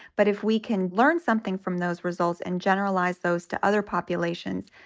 but if we can learn something from those results and generalize those to other populations,